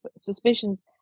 suspicions